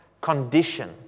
condition